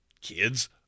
kids